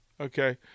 Okay